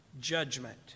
judgment